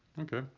Okay